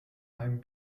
einem